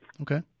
Okay